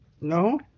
No